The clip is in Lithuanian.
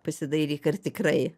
pasidairyk ar tikrai